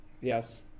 Yes